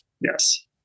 Yes